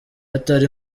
atari